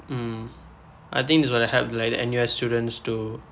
mm I think is for help the N_U_S students to